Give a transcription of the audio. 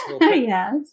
Yes